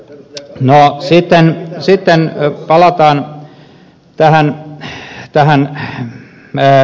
sitten palataan tähän mietintöön